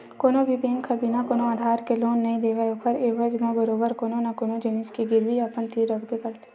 कोनो भी बेंक ह बिना कोनो आधार के लोन नइ देवय ओखर एवज म बरोबर कोनो न कोनो जिनिस के गिरवी अपन तीर रखबे करथे